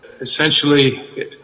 Essentially